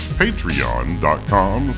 patreon.com